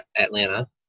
Atlanta